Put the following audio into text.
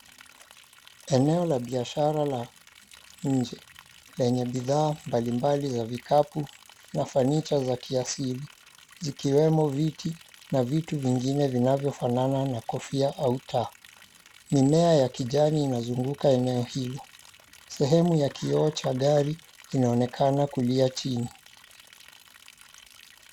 Eneo la biashara la nje lenye bidhaa mbalimbali za vikapu na fanicha za kiasili, zikiwemo viti na vitu vingine vinavyofanana na kofia au taa. Mimea ya kijani inazunguka eneo hilo. Sehemu ya kioo cha gari inaonekana kulia chini.